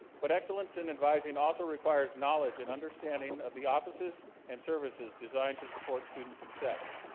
but excellence in advising also requires knowledge and understanding of the offices and services designed to support student success.